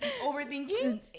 Overthinking